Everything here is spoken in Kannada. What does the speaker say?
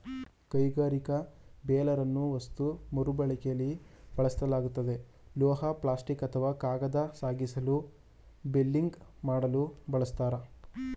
ಕೈಗಾರಿಕಾ ಬೇಲರನ್ನು ವಸ್ತು ಮರುಬಳಕೆಲಿ ಬಳಸಲಾಗ್ತದೆ ಲೋಹ ಪ್ಲಾಸ್ಟಿಕ್ ಅಥವಾ ಕಾಗದ ಸಾಗಿಸಲು ಬೇಲಿಂಗ್ ಮಾಡಲು ಬಳಸ್ತಾರೆ